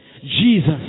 Jesus